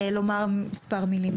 לומר מס' מילים,